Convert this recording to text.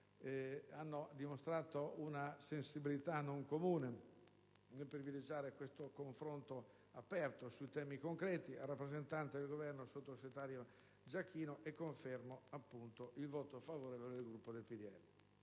hanno dimostrato una sensibilità non comune nel privilegiare un confronto aperto su temi concreti, al rappresentante del Governo, sottosegretario Giachino, e confermo il voto favorevole del Gruppo del PdL.